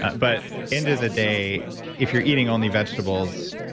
but end of the day, if you're eating only vegetables,